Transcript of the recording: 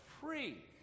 free